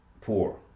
poor